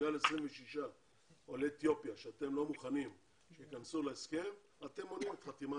שבגלל 26 עולי אתיופיה שאתם לא מוכנים שייכנסו להסכם אתם מונעים חתימה?